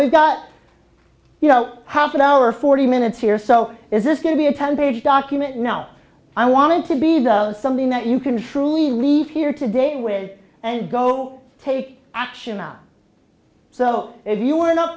we've got you know how good our forty minutes here so is this going to be a ten page document now i wanted to be the something that you can truly leave here today with and go take action on so if you were not